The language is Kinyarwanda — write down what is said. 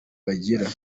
bagira